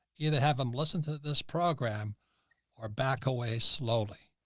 either have them listen to this program or back away, slowly